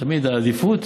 תמיד העדיפות